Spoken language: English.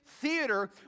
theater